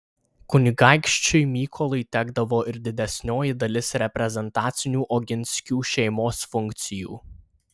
kunigaikščiui mykolui tekdavo ir didesnioji dalis reprezentacinių oginskių šeimos funkcijų